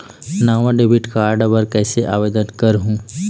नावा debit card बर कैसे आवेदन करहूं?